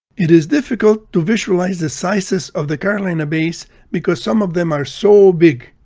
it is difficult to visualize the sizes of the carolina bays because some of them are so big.